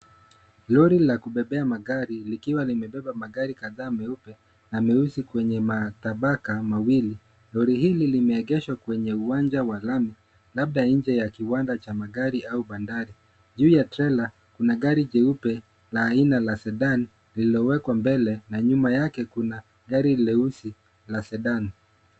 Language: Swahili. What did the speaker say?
Lori la kubebea magari, likiwa nimebeba magari kadhaa meupe na meusi kwenye matabaka mawili. Lori hili limeegeshwa kwenye uwanja wa lami, labda nje ya kiwanda cha magari au bandari, juu ya trela, kuna gari jeupe la aina la Sedan lililowekwa mbele, na nyuma yake kuna gari leusi la Sedan.